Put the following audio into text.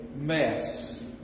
mess